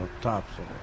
topsoil